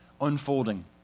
unfolding